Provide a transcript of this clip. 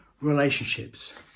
relationships